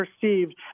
perceived